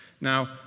Now